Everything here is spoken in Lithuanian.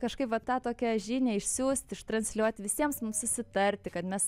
kažkaip va tą tokią žinią išsiųst ištransliuot visiems mums susitarti kad mes